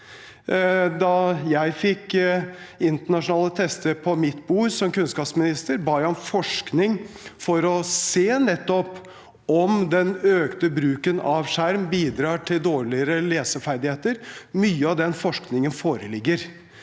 Da jeg fikk internasjonale tester på mitt bord som kunnskapsminister, ba jeg om forskning for å se nettopp om den økte bruken av skjerm bidrar til dårligere leseferdigheter. Mye av den forskningen foreligger,